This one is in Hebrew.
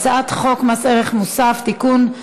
הצעת חוק מס ערך מוסף (תיקון,